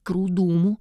kru dūmų